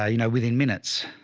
ah you know, within minutes